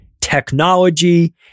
technology